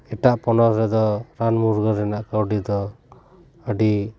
ᱮᱴᱟᱜ ᱯᱚᱱᱚᱛ ᱨᱮᱫᱚ ᱨᱟᱱ ᱢᱩᱨᱜᱟᱹᱱ ᱨᱮᱱᱟᱜ ᱠᱟᱹᱣᱰᱤ ᱫᱚ ᱟᱹᱰᱤ